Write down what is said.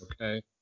okay